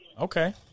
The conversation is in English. Okay